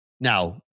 Now